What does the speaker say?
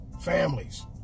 families